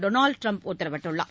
Donald Trump உத்தரவிட்டுள்ளார்